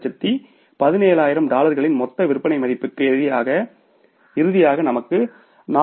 217000 டாலர்களின் மொத்த விற்பனை மதிப்புக்கு எதிராக இறுதியாக நமக்கு 4